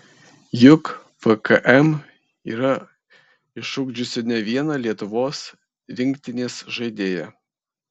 juk vkm yra išugdžiusi ne vieną lietuvos rinktinės žaidėją